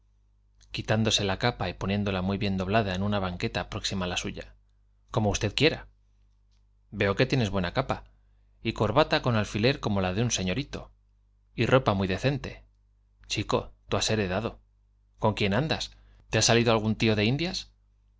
quitándose la capa y poniéndola muy bien doblada en una banqueta práaiima á la suya como usted quiera v e o que tienes buena capa y orbata con alfiler como la de un señorito y ropa muy decente chico tú has heredado v con quién andas te ha salido tío de indias